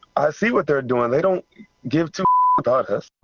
i see what they're doing they don't give to